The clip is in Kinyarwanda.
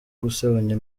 gusebanya